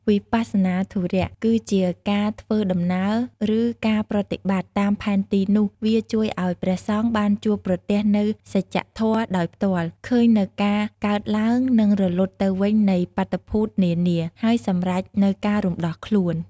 វិបស្សនាធុរៈ គឺជាការធ្វើដំណើរ ឬ ការប្រតិបត្តិ តាមផែនទីនោះ វាជួយឱ្យព្រះសង្ឃបានជួបប្រទះនូវសច្ចធម៌ដោយផ្ទាល់ ឃើញនូវការកើតឡើង និងរលត់ទៅវិញនៃបាតុភូតនានា ហើយសម្រេចនូវការរំដោះខ្លួន។